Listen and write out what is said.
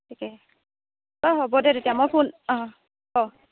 তাকে বাৰু হ'বদে তেতিয়া মই ফোন অঁ ক